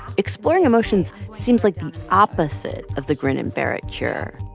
exploring emotions seems like the opposite of the grin-and-bear-it cure.